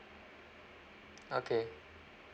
okay